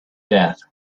death